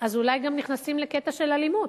אז אולי נכנסים לקטע של אלימות?